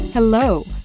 Hello